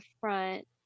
front